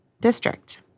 district